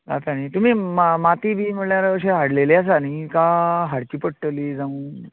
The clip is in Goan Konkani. आसा न्ही तुमी मा माती बी म्हळ्यार अशी हाडलेली आसा न्ही का हाडची पडटली जावूं